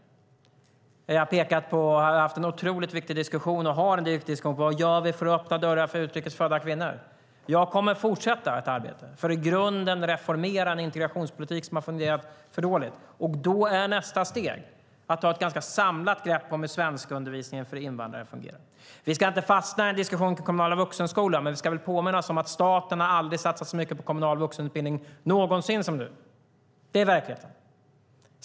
Vi har pekat på och har en otroligt viktig diskussion om vad vi kan göra för att öppna dörrar för utrikes födda kvinnor. Jag kommer att fortsätta arbeta för att i grunden reformera en integrationspolitik som har fungerat för dåligt. Då är nästa steg att ta ett ganska samlat grepp om hur svenskundervisningen för invandrare fungerar. Vi ska inte fastna i en diskussion om den kommunala vuxenskolan, men vi ska väl påminna oss om att staten aldrig någonsin har satsat så mycket på den kommunala vuxenutbildning som nu. Det är verkligheten.